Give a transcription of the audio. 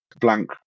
blank